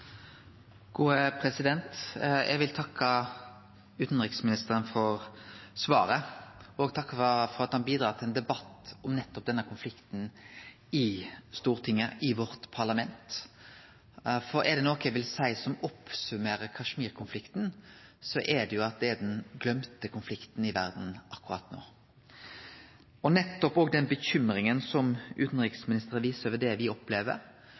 Eg vil takke utanriksministeren for svaret og for at han bidrar til ein debatt om nettopp denne konflikten i Stortinget, parlamentet vårt. Er det noko eg vil seie som oppsummerer Kashmir-konflikten, så er det at det er den gløymde konflikten i verda akkurat no. Utanriksministeren viser bekymring nettopp ved det me opplever, fordi det er eit område der ikkje menneskerettane har den respekten som dei treng, der me opplever